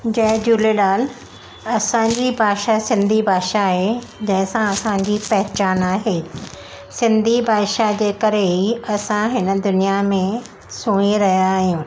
जय झूलेलाल असांजी भाषा सिंधी भाषा आहे जंहिं सां असांजी पहचान आहे सिंधी भाषा जे करे ई असां हिन दुनिया में सुही रहियां आहियूंं